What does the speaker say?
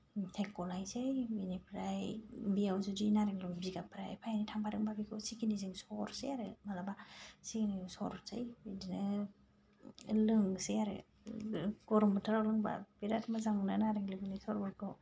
ओमफ्राय गलायसै बिनिफ्राय बियाव जुदि नारेंनि बिगाबफ्रा एफा एनै थांफादोंबा बेखौ सिकिनिजों सरसै आरो मालाबा सिकिनि सरसै बिदिनो लोंनोसै आरो गरम बोथोराव लोंबा बिराद मोजां मोनो आरो बिनि सरबतखौ